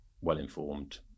well-informed